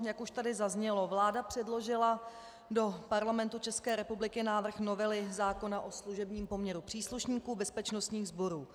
Jak už tady zaznělo, vláda předložila do Parlamentu České republiky návrh novely zákona o služebním poměru příslušníků bezpečnostních sborů.